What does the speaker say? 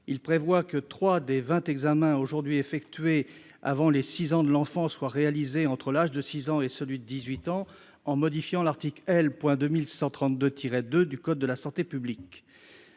Il prévoit que trois des vingt examens aujourd'hui effectués avant les 6 ans de l'enfant soient réalisés entre l'âge de 6 ans et celui de 18 ans, en modifiant l'article L. 2132-2 du code de la santé publique.